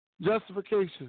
Justification